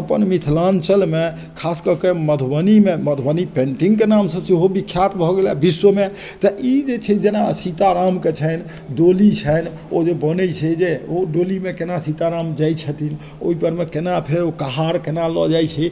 अपन मिथिलाञ्चलमे खास कऽके मधुबनीमे मधुबनी पेन्टिंगके नामसँ सेहो विख्यात भऽ गेल हइ विश्वमे तऽ ई जे छै जेना सीतारामके छन्हि डोली छन्हि ओ जे बनय छै जे ओ डोलीमे केना सीताराम जाइ छथिन ओइ परमे केना फेर ओ कहार केना लऽ जाइ छै